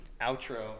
Outro